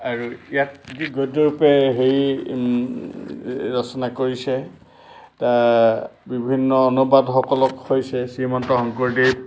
আৰু ইয়াক যি গদ্যৰূপে সেই ৰচনা কৰিছে বিভিন্ন অনুবাদকসকল হৈছে শ্ৰীমন্ত শংকৰদেৱ